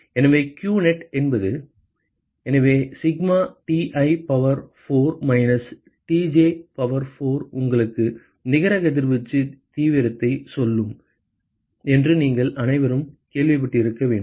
எனவே qnet என்பது எனவே sigma Ti power 4 minus Tj power 4 உங்களுக்கு நிகர கதிர்வீச்சு தீவிரத்தை சொல்லும் என்று நீங்கள் அனைவரும் கேள்விப்பட்டிருக்க வேண்டும்